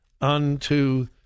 unto